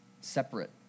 separate